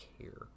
care